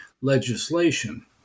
legislation